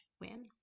win